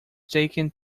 taken